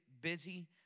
busy